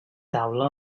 taula